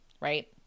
right